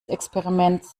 experiments